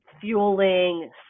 fueling